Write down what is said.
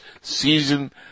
season